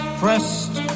pressed